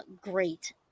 great